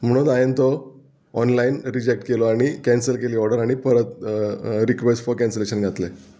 म्हणून हांवें तो ऑनलायन रिजेक्ट केलो आनी कॅन्सल केली ऑर्डर आनी परत रिक्वेस्ट फॉर कॅन्सलेशन घातलें